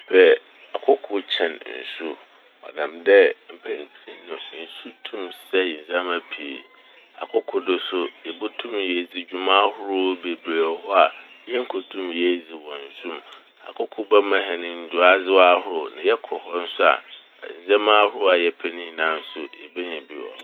Mepɛ ɔkoko kyɛn nsu ɔnam dɛ mpɛn pii no nsu tum sɛe ndzɛmba pii. Akoko do so yebotum edzi dwuma ahorow bebree wɔ hɔ a yenkotum yedzi wɔ nsu m'. Akoko bɛma hɛn nduadzewa ahorow na yɛkɔ hɔ so a ndzɛma ahorow a yɛpɛ ne nyinaa so yebenya bi wɔ hɔ.